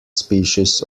species